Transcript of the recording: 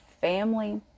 family